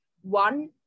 one